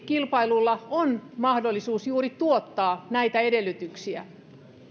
kilpailulla on mahdollisuus juuri tuottaa näitä edellytyksiä